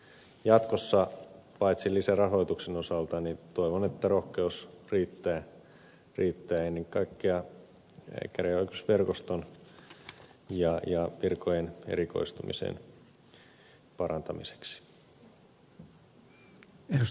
jatkossa toivon paitsi lisärahoitusta myös sitä että rohkeus riittää ennen kaikkea käräjäoikeusverkoston ja virkojen erikoistumisen parantamiseen